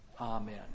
amen